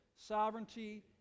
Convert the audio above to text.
sovereignty